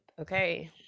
Okay